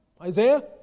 Isaiah